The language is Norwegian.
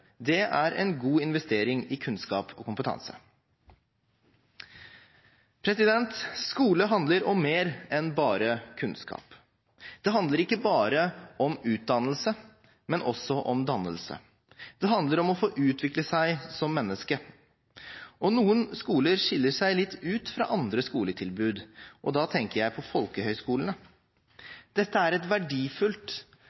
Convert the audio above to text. Det er en god investering i kunnskap og kompetanse. Skole handler om mer enn bare kunnskap. Det handler ikke bare om utdannelse, men også om dannelse. Det handler om å få utvikle seg som menneske. Noen skoler skiller seg litt ut i forhold til andre skoletilbud, og da tenker jeg på